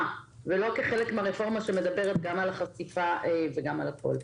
ולא כחלק מהרפורמה שמדברת גם על החשיפה וגם על הכול.